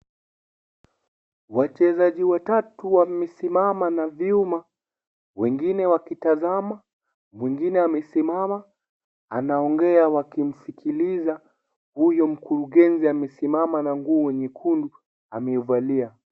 Wachezaji watatu, wamesimama na vyuma. Wengine wakitazama. Wengine wamesimama. Anaongea wakimsikiliza huyo mkurugenzi amesimama na nguo nyekundu ameuvalia.